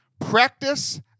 Practice